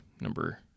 number